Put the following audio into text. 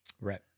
Right